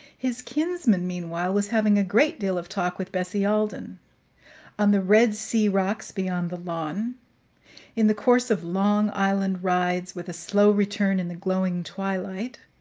his kinsman, meanwhile, was having a great deal of talk with bessie alden on the red sea rocks beyond the lawn in the course of long island rides, with a slow return in the glowing twilight